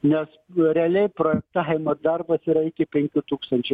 nes realiai projektavimo darbas yra iki penkių tūkstančių